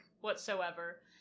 whatsoever